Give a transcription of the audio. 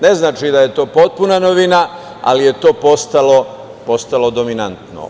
Ne znači da je to potpuna novina, ali je to postalo dominantno.